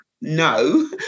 no